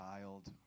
child